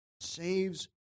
saves